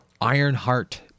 Ironheart